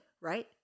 right